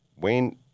Wayne